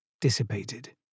dissipated